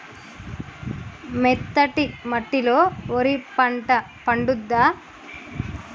మెత్తటి మట్టిలో వరి పంట పండుద్దా?